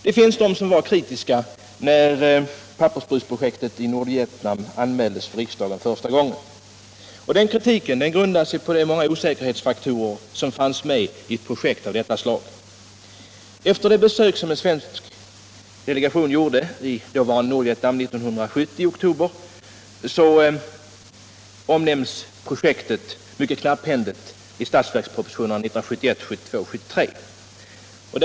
Det fanns de som var kritiska när pappersbruksprojektet i Nordvietnam anmäldes för riksdagen första gången. Den kritiken grundade sig på de många osäkerhetsfaktorer som finns med vid projekt av detta slag. Efter det besök som en svensk delegation gjorde i dåvarande Nordvietnam i oktober 1970 omnämns projektet mycket knapphändigt i statsverkspropositionerna 1971, 1972 och 1973.